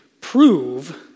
prove